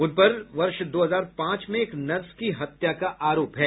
उस पर वर्ष दो हजार पांच में एक नर्स की हत्या का आरोप है